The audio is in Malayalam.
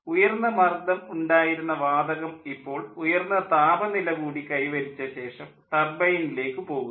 ഉയർന്ന മർദ്ദം ഉണ്ടായിരുന്ന വാതകം ഇപ്പോൾ ഉയർന്ന താപനില കൂടി കൈവരിച്ച ശേഷം ടർബൈനിലേക്ക് പോകുന്നു